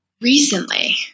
Recently